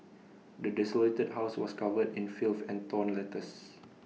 the desolated house was covered in filth and torn letters